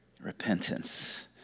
repentance